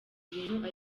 ibintu